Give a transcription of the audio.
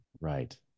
Right